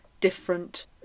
different